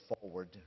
forward